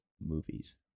movies